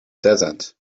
desert